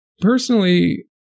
Personally